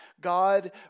God